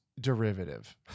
derivative